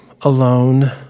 alone